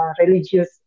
religious